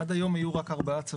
עד היום היו רק ארבעה צחווים.